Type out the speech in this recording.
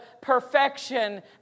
perfection